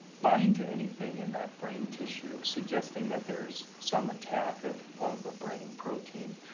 bind to anything in that brain tissue, suggesting that there's some attack of of brain protein.